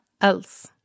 else